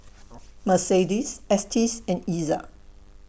Mercedes Estes and Iza